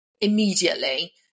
immediately